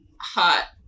hot